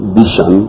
vision